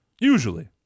Usually